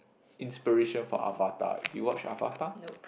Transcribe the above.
inspiration for Avatar did you watch Avatar